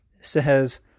says